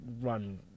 run